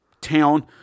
town